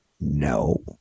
no